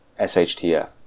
SHTF